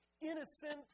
innocent